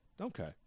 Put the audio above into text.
Okay